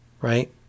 right